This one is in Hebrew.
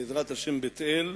בעזרת השם, בית-אל,